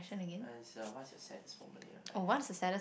uh it's uh what's your saddest moment in your life